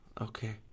Okay